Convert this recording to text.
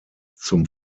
zum